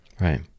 Right